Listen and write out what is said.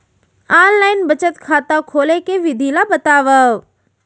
Online बचत खाता खोले के विधि ला बतावव?